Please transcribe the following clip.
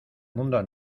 mundo